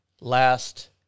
last